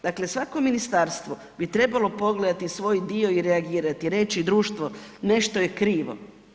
Dakle svako ministarstvo bi trebalo pogledati svoj dio i reagirati i reći društvo nešto je krivo.